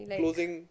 closing